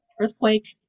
earthquake